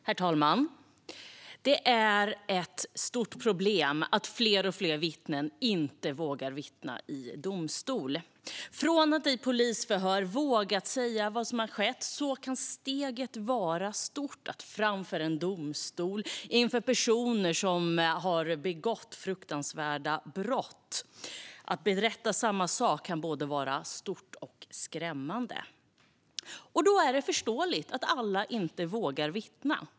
Herr talman! Det är ett stort problem att fler och fler vittnen inte vågar vittna i domstol. Från att i polisförhör ha vågat säga vad som har skett kan steget till att vittna framför en domstol, inför personer som har begått fruktansvärda brott, vara stort och skrämmande. Då är det förståeligt att inte alla vågar vittna.